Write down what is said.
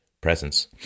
presence